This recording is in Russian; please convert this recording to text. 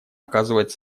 оказывать